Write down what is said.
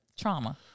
trauma